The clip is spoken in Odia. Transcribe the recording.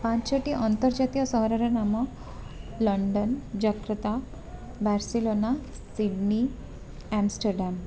ପାଞ୍ଚୋଟି ଅନ୍ତର୍ଜାତୀୟ ସହରର ନାମ London Jakarta Barcelona Sydney Amsterdam